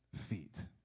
feet